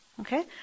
Okay